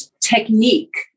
technique